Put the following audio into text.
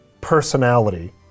personality